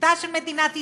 בשיפוטה של מדינת ישראל,